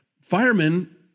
Firemen